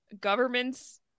governments